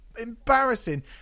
embarrassing